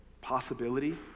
Possibility